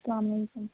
السلام علیکُم